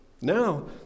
Now